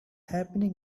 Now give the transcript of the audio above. happening